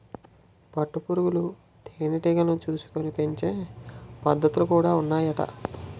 పట్టు పురుగులు తేనె టీగలను చూసుకొని పెంచే పద్ధతులు కూడా ఉన్నాయట